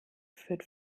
führt